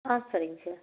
ஆ சரிங்க சார்